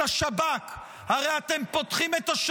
הרי אתם תוקפים יומם ולילה את צה"ל ואת השב"כ.